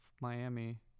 miami